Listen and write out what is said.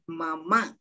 Mama